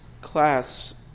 class